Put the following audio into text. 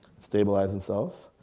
stabilize themselves,